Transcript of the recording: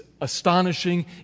astonishing